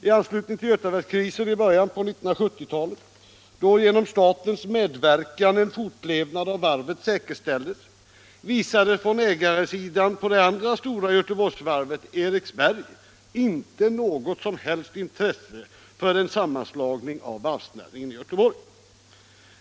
I anslutning till Götaverkskrisen i början av 1970-talet, då genom statens medverkan en fortlevnad av varvet säkerställdes, visades från ägarsidan på det andra stora Göteborgsvarvet — Eriksberg — inte något som helst intresse för en sammanslagning av varvsnäringen i Göteborg.